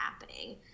happening